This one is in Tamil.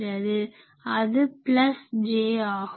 அது j ஆகும்